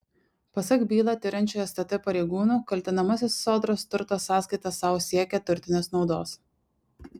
pasak bylą tiriančių stt pareigūnų kaltinamasis sodros turto sąskaita sau siekė turtinės naudos